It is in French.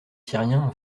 syriens